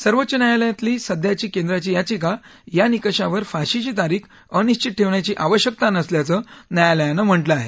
सर्वोच्च न्यायालयातली सध्याची केंद्राची याचिका या निकषावर फाशीची तारीख अनिश्वित ठेवण्याची आवश्यकता नसल्याचं न्यायालयानं म्हटलं आहे